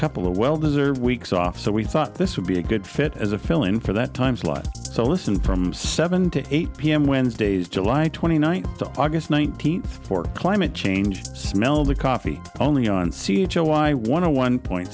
couple of well deserved weeks off so we thought this would be a good fit as a fill in for that time slot so listen from seven to eight pm wednesdays july twenty ninth august nineteenth for climate change smell the coffee only on c cho i want to one point